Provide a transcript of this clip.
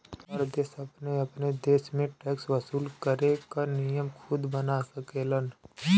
हर देश अपने अपने देश में टैक्स वसूल करे क नियम खुद बना सकेलन